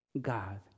God